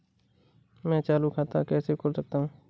मैं चालू खाता कैसे खोल सकता हूँ?